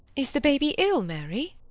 is the baby ill, mary?